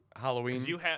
Halloween